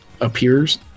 appears